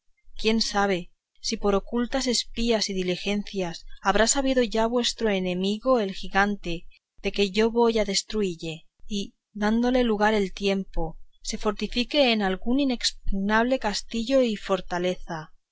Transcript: quién sabe si por ocultas espías y diligentes habrá sabido ya vuestro enemigo el gigante de que yo voy a destruille y dándole lugar el tiempo se fortificase en algún inexpugnable castillo o fortaleza